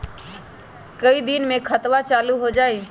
कई दिन मे खतबा चालु हो जाई?